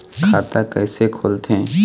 खाता कइसे खोलथें?